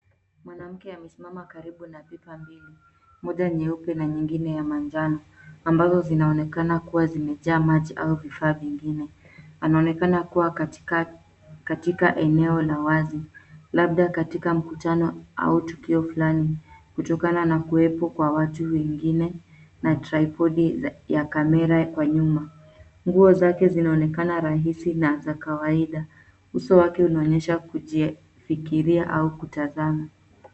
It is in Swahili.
Mwanamke amesimama karibu na pipa mbili, moja nyeupe na nyingine ya manjano ambazo zinaonekana kuwa zimejaa maji au vifaa vingine. anaonekana kuwa katika eneo la wazi labda katika mkutano au tukio fulani kutokana na kuwepo kwa watu wengine na tripod ya kamera kwa nyuma. Nguo zake zinaonekana rahisi na za kawaida. Uso wake unaonyesha kujifikiria au kutazama.